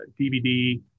DVD